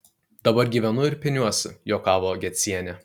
dabar gyvenu ir peniuosi juokavo gecienė